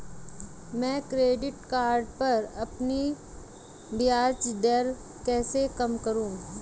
मैं credit card पर अपनी ब्याज दरें कैसे कम करूँ?